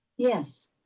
Yes